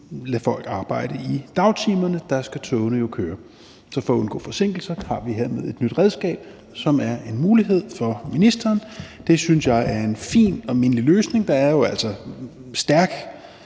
lade folk arbejde i dagtimerne; der skal togene jo køre. Så for at undgå forsinkelser har vi hermed et nyt redskab, som er en mulighed for ministeren. Det synes jeg er en fin og mindelig løsning. Der er jo altså stærk